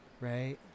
right